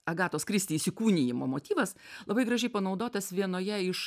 agatos kristi įsikūnijimo motyvas labai gražiai panaudotas vienoje iš